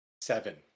seven